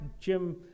Jim